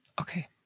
Okay